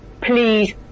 please